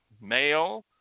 male